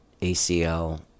ACL